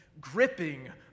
gripping